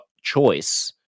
choice